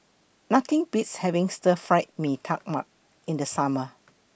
Nothing Beats having Stir Fried Mee Tai Mak in The Summer